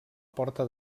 porta